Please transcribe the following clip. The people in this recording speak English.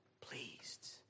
pleased